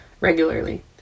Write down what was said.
regularly